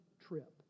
trip